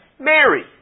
Mary